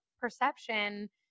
perception